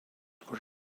were